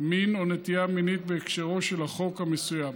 מין או נטייה מינית בהקשרו של החוק המסוים.